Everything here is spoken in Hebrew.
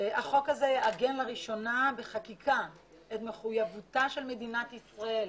החוק הזה יעגן לראשונה בחקיקה את מחויבותה של מדינת ישראל